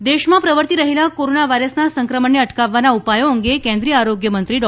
હર્ષવર્ધન દેશમાં પ્રવર્તી રહેલા કોરોના વાયરસના સંક્રમણને અટકાવવાના ઉપાયો અંગે કેન્દ્રીય આરોગ્ય મંત્રી ડો